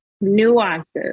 nuances